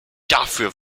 dafür